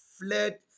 fled